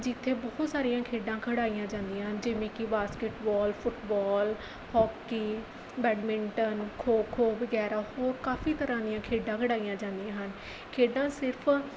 ਜਿੱਥੇ ਬਹੁਤ ਸਾਰੀਆਂ ਖੇਡਾਂ ਖਿਡਾਈਆਂ ਜਾਂਦੀਆਂ ਹਨ ਜਿਵੇਂ ਕਿ basketball football hockey badminton kho kho ਵਗੈਰਾ ਹੋਰ ਕਾਫੀ ਤਰ੍ਹਾਂ ਦੀਆਂ ਖੇਡਾਂ ਖਿਡਾਈਆਂ ਜਾਂਦੀਆਂ ਹਨ ਖੇਡਾਂ ਸਿਰਫ